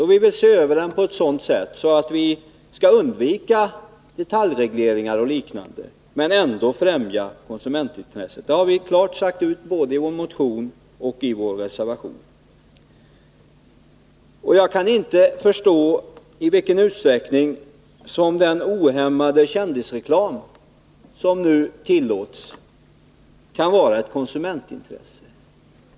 Och vi vill se över den på ett sådant sätt att vi undviker detaljregleringar och liknande ingrepp men ändå främjar konsumentintresset. Detta har vi klart sagt ut både i vår motion och i vår reservation. Jag kan inte förstå i vilken utsträckning den ohämmade kändisreklam som nu tillåts kan vara något konsumentintresse.